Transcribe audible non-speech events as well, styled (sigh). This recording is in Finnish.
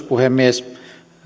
(unintelligible) puhemies